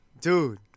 Dude